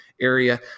area